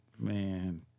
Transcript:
man